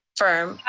firm?